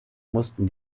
mussten